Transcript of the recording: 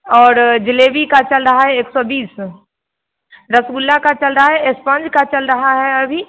और जलेबी का चल रहा है एक सौ बीस रसगुल्ला का चल रहा है चल रहा है स्पंज का चल रहा अभी